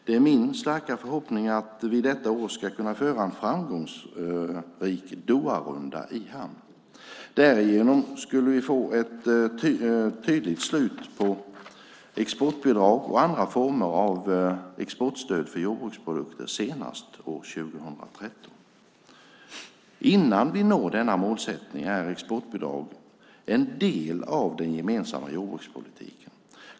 Det är min starka förhoppning att vi detta år ska kunna föra en framgångsrik Doharunda i hamn. Därigenom skulle vi få ett tydligt slut på exportbidrag och andra former av exportstöd för jordbruksprodukter senast år 2013. Innan vi når denna målsättning är exportbidrag en del av den gemensamma jordbrukspolitiken.